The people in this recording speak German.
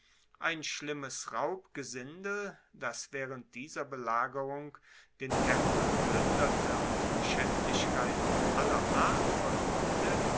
ein schlimmes raubgesindel das waehrend dieser belagerung den tempel pluenderte und schaendlichkeiten aller art veruebte